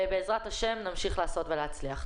בעזרת השם נמשיך לעשות ולהצליח.